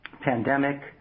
pandemic